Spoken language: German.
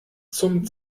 zum